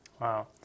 Wow